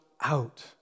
out